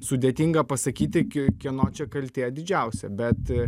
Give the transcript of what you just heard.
sudėtinga pasakyti ki kieno čia kaltė didžiausia bet